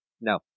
No